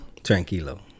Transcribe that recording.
tranquilo